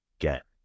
Get